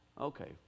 Okay